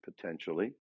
potentially